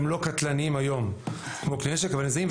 הם לא קטלניים היום כמו כלי נשק אבל הם זהים,